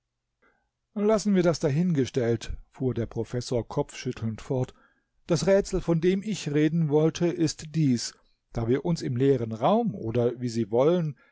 lassen wir das dahingestellt fuhr der professor kopfschüttelnd fort das rätsel von dem ich reden wollte ist dies da wir uns im leeren raum oder wie sie wollen